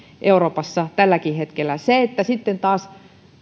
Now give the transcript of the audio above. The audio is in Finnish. euroopassa tälläkin hetkellä sitten taas